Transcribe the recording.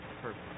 perfect